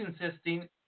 insisting